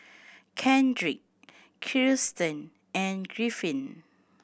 Kendrick Kirstin and Griffin